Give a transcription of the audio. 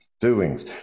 doings